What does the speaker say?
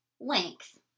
length